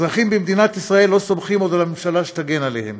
אזרחים במדינת ישראל לא סומכים עוד על הממשלה שתגן עליהם.